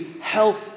health